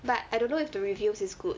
but I don't know if the reviews is good